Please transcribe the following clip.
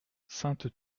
sainte